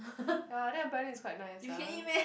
ya then apparently it's quite nice ah